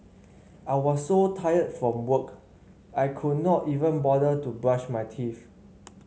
I was so tired from work I could not even bother to brush my teeth